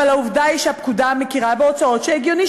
אבל העובדה היא שהפקודה מכירה בהוצאות שהגיוני